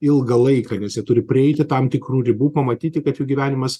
ilgą laiką nes jie turi prieiti tam tikrų ribų pamatyti kad jų gyvenimas